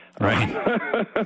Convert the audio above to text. Right